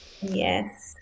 Yes